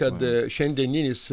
kad šiandieninis